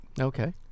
Okay